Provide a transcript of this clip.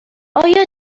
آیا